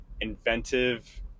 inventive